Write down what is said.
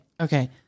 Okay